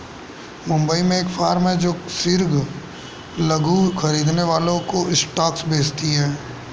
मुंबई में एक फार्म है जो सिर्फ लघु खरीदने वालों को स्टॉक्स बेचती है